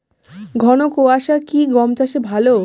ঘন কোয়াশা কি গম চাষে ভালো?